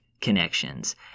Connections